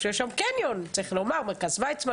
באיכילוב יש קניון מרכז ויצמן.